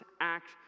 act